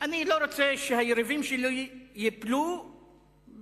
אני לא רוצה שהיריבים שלי ייפלו באמצעות